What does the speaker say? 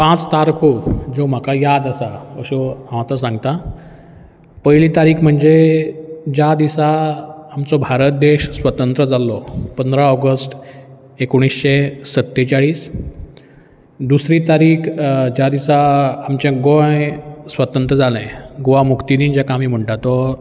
पांच तारखो ज्यो म्हाका याद आसात अश्यो हांव आतां सांगता पयली तारीक म्हणजे ज्या दिसा आमचो भारत देश स्वतंत्र जाल्लो पंदरा ऑगस्ट एकोणीशे सत्तेचाळीस दुसरी तारीक ज्या दिसा आमचें गोंय स्वतंत्र जालें गोवा मुक्ती दीन जेका आमी म्हणटा तो